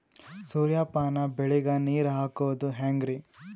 ಸೂರ್ಯಪಾನ ಬೆಳಿಗ ನೀರ್ ಹಾಕೋದ ಹೆಂಗರಿ?